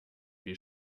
wie